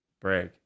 break